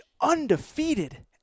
undefeated